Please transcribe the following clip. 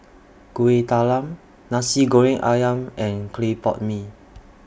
Kuih Talam Nasi Goreng Ayam and Clay Pot Mee